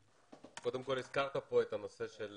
קודם כל הזכרת פה את הנושא של